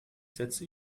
setze